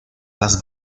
las